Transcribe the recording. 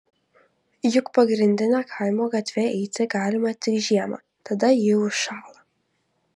juk pagrindine kaimo gatve eiti galima tik žiemą tada ji užšąla